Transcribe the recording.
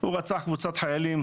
הוא רצח קבוצת חיילים,